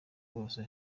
bose